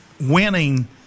winning